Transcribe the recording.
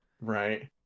Right